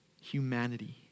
humanity